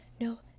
No